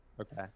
okay